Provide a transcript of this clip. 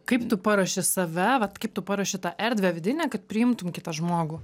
kaip tu paruoši save vat kaip tu paruoši tą erdvę vidinę kad priimtum kitą žmogų